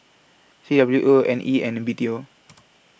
C W O Nea and B T O